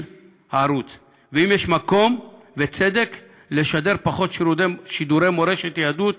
הערוץ ואם יש מקום וצדק לשידור פחות שידורי מורשת יהדות